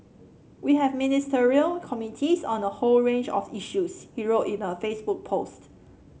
we have Ministerial Committees on the whole range of issues he wrote in a Facebook post